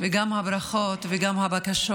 וגם הברכות וגם הבקשות.